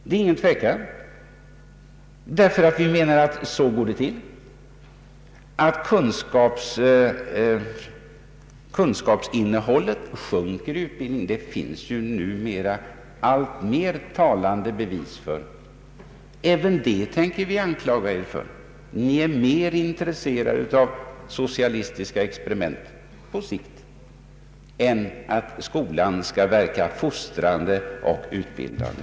Det finns dessutom allt fler bevis för att kunskapsinnehållet i utbildningen minskar. Även detta tänker vi anklaga er för. Ni är mer intresserade av socialistiska experiment än att skolan skall verka fostrande och utbildande!